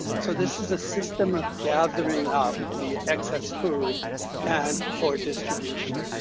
so this is a system of gathering up the excess food and for distribution.